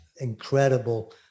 incredible